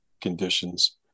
conditions